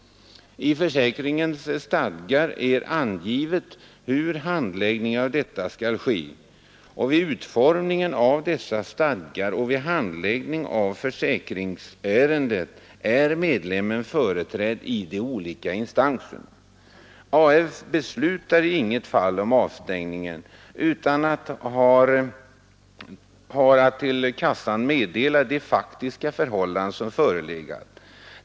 I försäkringens stadgar är angivet hur denna handläggning skall ske. Vid utformningen av dessa stadgar och vid handläggning av försäkringsärenden är medlemmen företrädd i de olika instanserna. Arbetsförmedlingen beslutar i inget fall av avstängning utan har att till kassan meddela de faktiska förhållanden som förelegat.